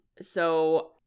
so-